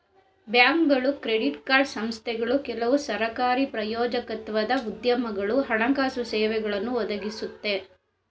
ಬ್ಯಾಂಕ್ಗಳು credit card ಸಂಸ್ಥೆಗಳು ಕೆಲವು ಸರಕಾರಿ ಪ್ರಾಯೋಜಕತ್ವದ ಉದ್ಯಮಗಳು ಹಣಕಾಸು ಸೇವೆಗಳನ್ನು ಒದಗಿಸುತ್ತೆ